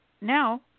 now